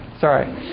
sorry